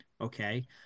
okay